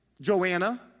Joanna